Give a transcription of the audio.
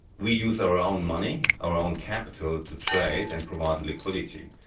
we use our own money, our own capital, to trade and provide liquidity.